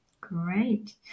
Great